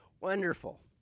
Wonderful